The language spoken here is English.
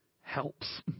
helps